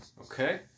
Okay